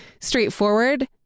straightforward